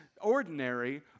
ordinary